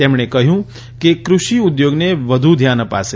તેમણે કહ્યું કે કૃષિ ઉદ્યોગને વધુ ધ્યાન અપાશે